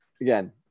again